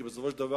כי בסופו של דבר